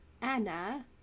Anna